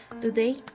Today